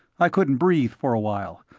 i couldn't breathe for a while,